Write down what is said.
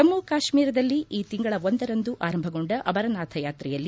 ಜಮ್ಮ ಕಾಶ್ನೀರದಲ್ಲಿ ಈ ತಿಂಗಳ ಒಂದರಂದು ಆರಂಭಗೊಂಡ ಅಮರನಾಥ ಯಾತ್ರೆಯಲ್ಲಿ